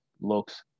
looks